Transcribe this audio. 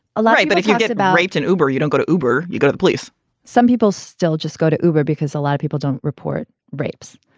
a lie. but if you get raped and uber, you don't go to uber, you go to police some people still just go to uber because a lot of people don't report rapes.